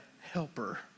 helper